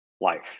life